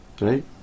Right